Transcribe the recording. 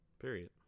period